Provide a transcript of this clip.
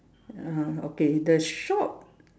ah okay the shop